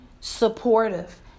supportive